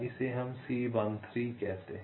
इसे हम C13 कहते हैं